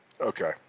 Okay